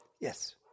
Yes